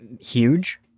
huge